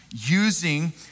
using